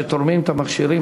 שתורמים את המכשירים,